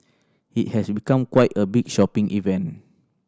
it has become quite a big shopping event